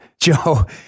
Joe